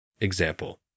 Example